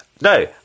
No